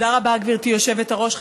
תודה רבה, גברתי היושבת-ראש.